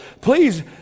Please